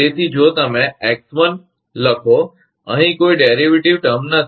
તેથી જો તમે ẋ1 લખો અહીં કોઈ વ્યુત્પન્ન પદ નથી